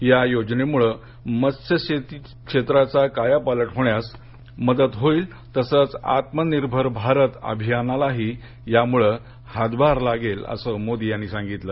या योजनेमुळ मत्स्यशेती क्षेत्राचा कायापालट होण्यास मदत होईल तसच आत्मनिर्भर भारत अभियानालाही यामुळं हातभार लागेल असं मोदी यांनी सांगितलं